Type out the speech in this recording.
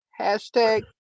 Hashtag